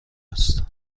است